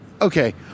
Okay